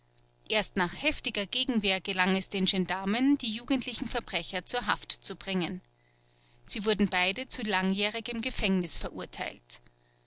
erst nach heftiger gegenwehr gelang es den gendarmen die jugendlichen verbrecher zur haft zu bringen sie wurden beide zu langjährigem gefängnis verurteilt